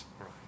right